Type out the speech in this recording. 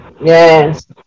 Yes